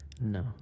no